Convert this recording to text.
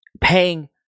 Paying